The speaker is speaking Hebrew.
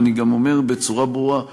ואני גם אומר בצורה ברורה: